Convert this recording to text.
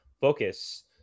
focus